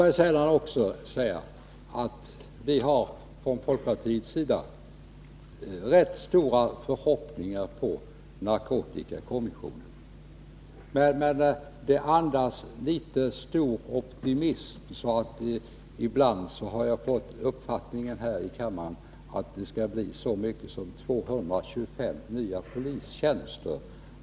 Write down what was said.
Låt mig också säga att vi från folkpartiets sida har rätt stora förhoppningar på narkotikakommissionen. Men här tycks det föreligga en ganska stor optimism. Ibland har jag fått uppfattningen här i kammaren att det skulle bli så mycket som 225 nya polistjänster.